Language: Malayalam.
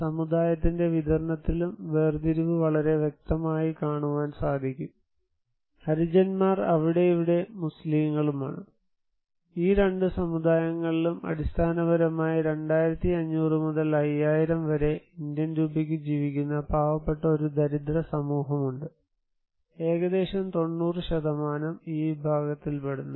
സമുദായത്തിന്റെ വിതരണത്തിലും വേർതിരിവ് വളരെ വ്യക്തമായി കാണുവാൻ സാധിക്കും ഹരിജന്മാർ അവിടെ ഇവിടെ മുസ്ലീങ്ങളുമാണ് ഈ രണ്ട് സമുദായങ്ങളിലും അടിസ്ഥാനപരമായി 2500 മുതൽ 5000 വരെ ഇന്ത്യൻ രൂപയ്ക്ക് ജീവിക്കുന്ന പാവപ്പെട്ട ഒരു ദരിദ്ര സമൂഹമുണ്ട് ഏകദേശം 90 ഈ വിഭാഗത്തിൽപ്പെടുന്നു